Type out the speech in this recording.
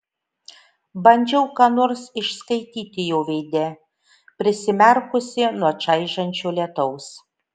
bandžiau ką nors išskaityti jo veide prisimerkusi nuo čaižančio lietaus